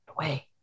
away